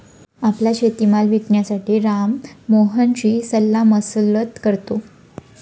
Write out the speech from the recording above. आपला शेतीमाल विकण्यासाठी राम मोहनशी सल्लामसलत करतो